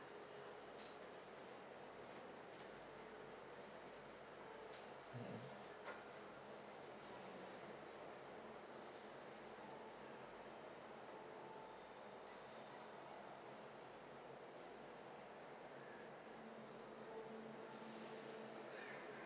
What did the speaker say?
mmhmm